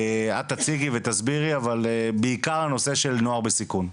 בעיקר בנושא של נוער בסיכון.